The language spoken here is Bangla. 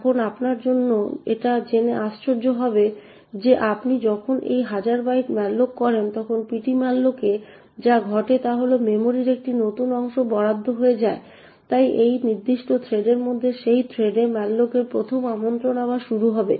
এখন আপনার জন্য এটা জেনে আশ্চর্য হবে যে আপনি যখন এই হাজার বাইট malloc করেন তখন ptmalloc এ যা ঘটে তা হল মেমরির একটি নতুন অংশ বরাদ্দ হয়ে যায় তাই এই নির্দিষ্ট থ্রেডের মধ্যে সেই থ্রেডে malloc এর 1ম আমন্ত্রণ আবার শুরু হবে